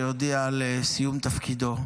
שהודיע על סיום תפקידו,